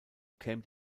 came